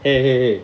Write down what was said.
!hey! !hey! !hey!